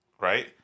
Right